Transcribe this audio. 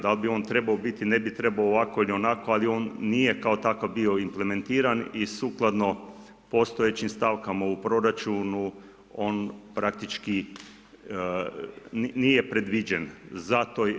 Da li bi on trebao biti ili ne bi trebao, ovako ili onako, ali on nije kao takav bio implementiran i sukladno postojećim stavkama u proračunu on praktički nije predviđen za to.